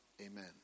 Amen